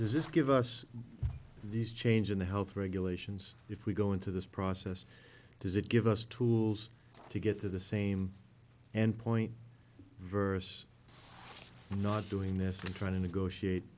this give us these change in the health regulations if we go into this process does it give us tools to get to the same and point vers not doing this to try to negotiate